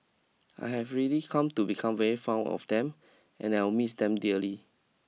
I have really come to become very found of them and I will miss them dearly